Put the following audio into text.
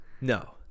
No